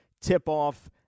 tip-off